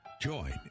Join